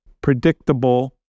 predictable